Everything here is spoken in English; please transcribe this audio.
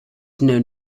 known